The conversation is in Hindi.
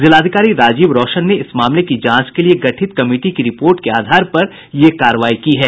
जिलाधिकारी राजीव रौशन ने इस मामले की जांच के लिए गठित कमिटी की रिपोर्ट के आधार पर यह कार्रवाई की है